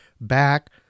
back